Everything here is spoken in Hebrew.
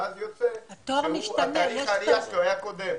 ואז יוצא שתאריך העלייה שלו היה קודם.